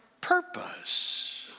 purpose